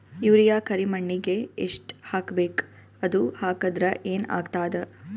Urea ಕರಿಮಣ್ಣಿಗೆ ಎಷ್ಟ್ ಹಾಕ್ಬೇಕ್, ಅದು ಹಾಕದ್ರ ಏನ್ ಆಗ್ತಾದ?